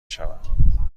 شوم